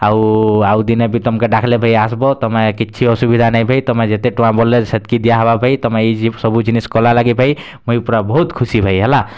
ଆଉ ଆଉ ଦିନେ ବି ତମ୍କେ ଡାକ୍ଲେ ଭାଇ ଆସ୍ବୋ ତୁମେ କିଛି ଅସୁବିଧା ନାଇ ଭାଇ ତୁମେ ଯେତେ ଟଙ୍କା ବୋଲ୍ଲେ ସେତ୍ କି ଦିଆ ହବା ଭାଇ ତମେ ଏଇ ଜୀବ୍ ସବୁ ଜିନିଷ୍ କଲା ଲାଗି ଭାଇ ମୁଇଁ ପୁରା ବହୁତ୍ ଖୁସି ଭାଇ ହେଲା